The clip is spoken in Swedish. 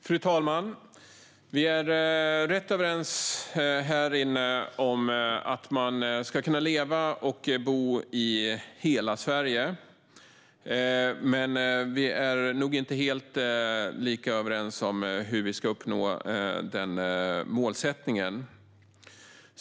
Fru talman! Vi är rätt överens här inne om att man ska kunna leva och bo i hela Sverige. Men vi är nog inte lika överens om hur vi ska uppnå denna målsättning.